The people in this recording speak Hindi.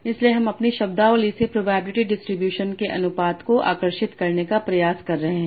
इसलिए हम अपनी शब्दावली से प्रोबेबिलिटी डिस्ट्रीब्यूशन के अनुपात को आकर्षित करने का प्रयास कर रहे हैं